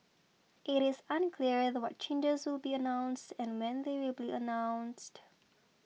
it is unclear what changes will be announced and when they will be announced